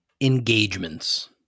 engagements